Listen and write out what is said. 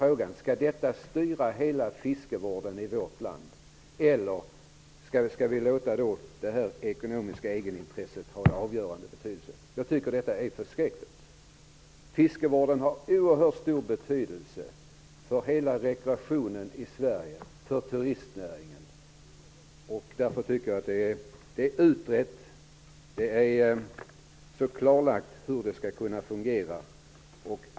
Frågan är då: Skall detta styra hela fiskevården i vårt land, dvs. skall vi låta det ekonomiska egenintresset ha en avgörande betydelse? Jag tycker att detta är förskräckligt. Fiskevården har oerhört stor betydelse för hela rekreationen i Sverige och för turistnäringen. Frågan är utredd, det är klarlagt hur detta skall kunna fungera.